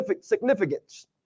significance